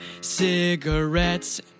cigarettes